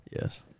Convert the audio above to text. Yes